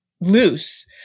loose